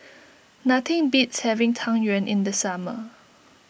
nothing beats having Tang Yuen in the summer